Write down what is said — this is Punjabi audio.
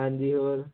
ਹਾਂਜੀ ਹੋਰ